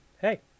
hey